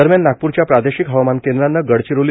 दरम्यान नागपूरच्या प्रादेशिक हवामान केंद्राने गडचिरोली